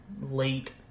late